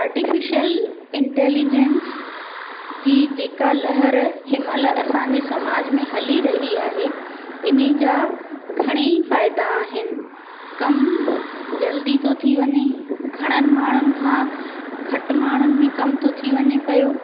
artificial intelligence जी जेका लहर हिनमहिल असांजे समाज में हली रही आहे इन जा घणे ई फ़ाइदा आहिनि कम जल्दी थो थी वञे घणनि माण्हुनि खां घटि माण्हुनि में कम थो थी वञे पियो